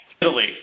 Italy